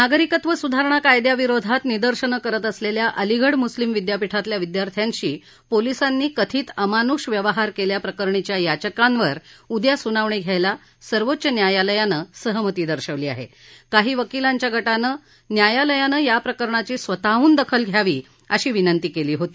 नागरिकत्व सुधारणा कायद्याविरोधात निदर्शनं करत असलखा अलीगढ मुस्लीम विद्यापीठातल्या विद्यार्थ्यांशी पोलीसांनी कथित अमानुष व्यवहार क्ल्याप्रकरणीच्या याचिकांवर उद्या सुनावणी घ्यायला सर्वोच्च न्यायालयानं सहमती दर्शवली आहा काही वकीलांच्या गटानं न्यायालयानं याप्रकरणाची स्वतःहून दखल घ्यावी अशी विनंती कली होती